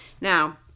Now